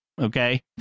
okay